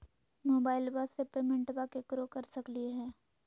मोबाइलबा से पेमेंटबा केकरो कर सकलिए है?